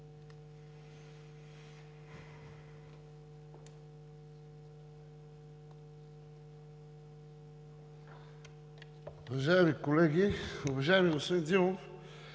Уважаеми колеги! Уважаеми господин Димов,